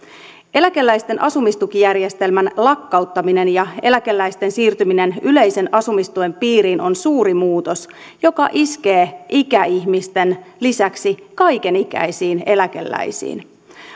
eläkeläisten asumistukijärjestelmän lakkauttaminen ja eläkeläisten siirtyminen yleisen asumistuen piiriin on suuri muutos joka iskee ikäihmisten lisäksi kaiken ikäisiin eläkeläisiin